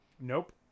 nope